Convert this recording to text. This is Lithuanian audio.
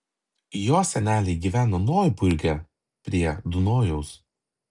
jo seneliai gyvena noiburge prie dunojaus